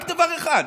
רק דבר אחד,